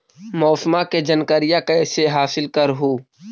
मौसमा के जनकरिया कैसे हासिल कर हू?